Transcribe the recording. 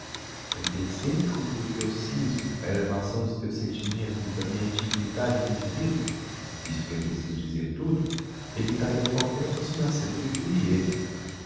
contei sempre com que o teu sizo a elevação dos teus sentimentos e tambem a indignidade do individuo visto que é preciso dizer tudo evitariam qualquer approximação entre tu e elle